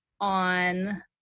on